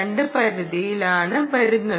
2 പരിധിയിലാണ് വരുന്നത്